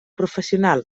professional